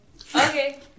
Okay